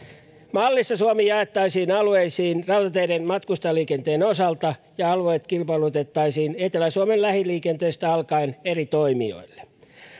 mallissa suomi jaettaisiin alueisiin rautateiden matkustajaliikenteen osalta ja alueet kilpailutettaisiin etelä suomen lähiliikenteestä alkaen eri toimijoille